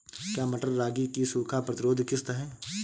क्या मटर रागी की सूखा प्रतिरोध किश्त है?